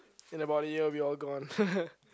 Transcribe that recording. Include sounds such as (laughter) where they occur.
in about a year it will be all gone (laughs)